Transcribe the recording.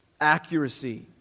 accuracy